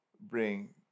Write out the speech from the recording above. bring